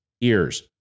ears